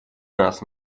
нас